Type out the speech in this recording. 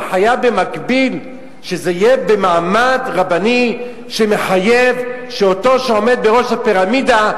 אתה חייב במקביל שזה יהיה במעמד רבני שמחייב שאותו שעומד בראש הפירמידה,